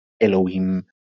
Elohim